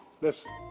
Listen